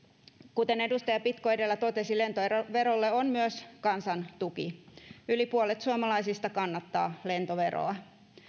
kuten edustaja pitko edellä totesi lentoverolle on myös kansan tuki yli puolet suomalaisista kannattaa lentoveroa